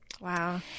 Wow